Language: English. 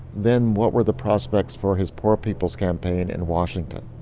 then what were the prospects for his poor people's campaign in washington?